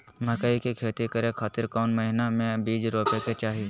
मकई के खेती करें खातिर कौन महीना में बीज रोपे के चाही?